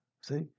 See